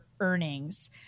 earnings